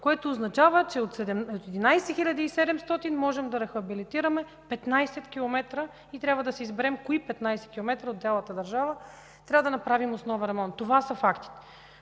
което означава, че от 17 700 можем да рехабилитираме 15 километра и трябва да си изберем на кои 15 километра от цялата държава трябва да направим основен ремонт. Това са фактите.